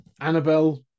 Annabelle